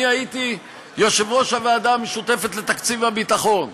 אני הייתי יושב-ראש הוועדה המשותפת לתקציב הביטחון,